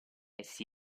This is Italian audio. essi